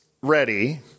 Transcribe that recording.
ready